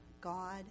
God